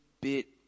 bit